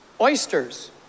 oysters